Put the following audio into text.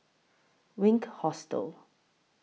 Wink Hostel